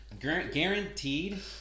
Guaranteed